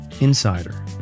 insider